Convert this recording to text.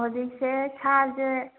ꯍꯧꯖꯤꯛꯁꯦ ꯁꯥꯁꯦ